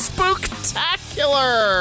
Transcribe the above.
Spooktacular